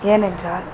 ஏனென்றால்